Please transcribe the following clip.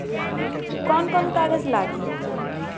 कौन कौन कागज लागी?